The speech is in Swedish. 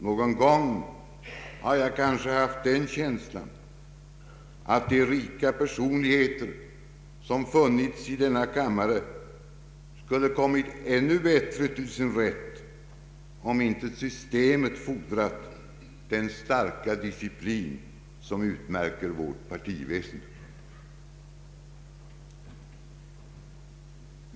Någon gång har jag kanske haft den känslan att de rika personligheter som funnits i denna kammare skulle kommit ännu bättre till sin rätt om inte systemet fordrat den starka disciplin som utmärker vårt partiväsen.